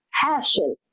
passion